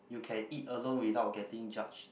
you can eat alone without getting judged